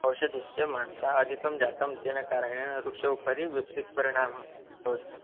औषधस्य मात्रा अधिका जाता तेन कारणेन वृक्षस्य उपरि व्यतिरिक्तः पारिणामः भवति